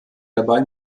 dabei